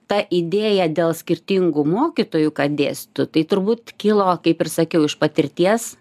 ta idėja dėl skirtingų mokytojų kad dėstytų tai turbūt kilo kaip ir sakiau iš patirties